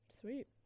Sweet